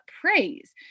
praise